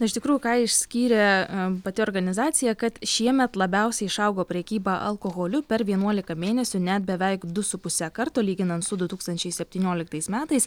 iš tikrųjų ką išskyrė pati organizacija kad šiemet labiausiai išaugo prekyba alkoholiu per vienuolika mėnesių net beveik du su puse karto lyginant su du tūkstančiai septynioliktais metais